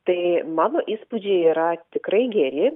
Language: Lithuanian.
tai mano įspūdžiai yra tikrai geri